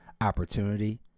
opportunity